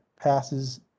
passes